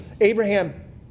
Abraham